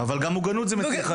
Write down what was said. אבל גם מוגנות זה מציל חיים.